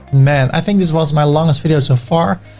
man, i think this was my longest video so far.